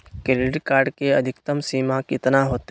Credit card के अधिकतम सीमा कितना होते?